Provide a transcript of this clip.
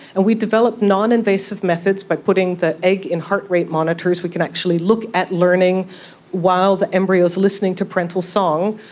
we developed non-invasive methods by putting the egg in heartrate monitors, we can actually look at learning while the embryo is listening to parental song,